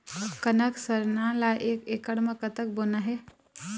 कनक सरना ला एक एकड़ म कतक बोना हे?